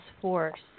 force